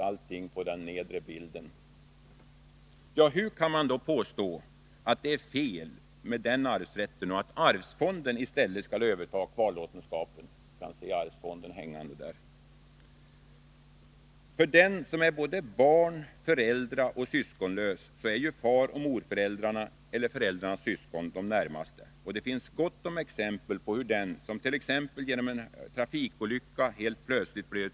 Hur kan man påstå att det är fel med denna arvsrätt och att arvsfonden i stället skall överta kvarlåtenskapen? För den som är både barn-, föräldraoch syskonlös är ju faroch morföräldrar eller föräldrarnas syskon de närmaste, och det finns gott om exempel på hur den som, t.ex. genom en trafikolycka, helt plötsligt blir.